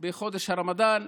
בחודש הרמדאן,